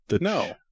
No